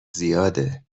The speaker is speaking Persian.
زیاده